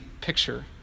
picture